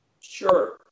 Sure